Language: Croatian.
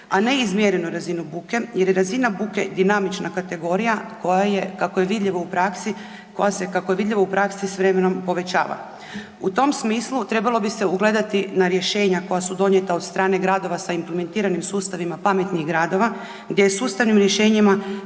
a ne izmjerenu buke jer je razina buke dinamična kategorija koja je kako je vidljivo u praksi, koja se kako je vidljivo u praksi s vremenom povećava. U tom smislu trebalo bi se ugledati na rješenja koja su donijeta od strane gradova sa implementiranim sustavima pametnih gradova gdje je sustavnim rješenjima